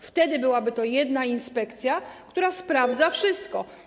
Wtedy byłaby to jedna inspekcja, która sprawdza wszystko.